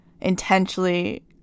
intentionally